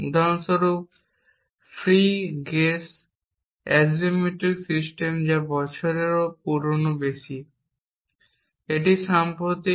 উদাহরণস্বরূপ free gauge axiomatic system যা 2 বছরেরও বেশি পুরানো। এটি সাম্প্রতিক